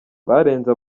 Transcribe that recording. barenze